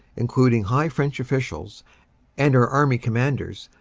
including high french officials and our army com manders,